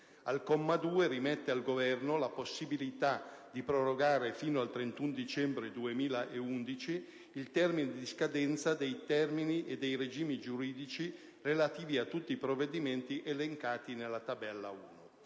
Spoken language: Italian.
al comma 2, rimette al Governo la possibilità di prorogare fino al 31 dicembre 2011 il termine di scadenza dei termini e dei regimi giuridici relativi a tutti i provvedimenti elencati nella tabella 1.